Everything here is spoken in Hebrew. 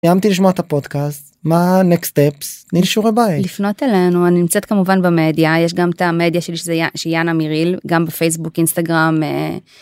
סיימתי לשמוע את הפודקאסט, מה ה next steps? תני לי שיעורי בית. לפנות אלינו. אני נמצאת כמובן במדיה, יש גם את המדיה שלי שזה, שהיא יאנה מיריל. גם בפייסבוק, אינסטגרם, אה...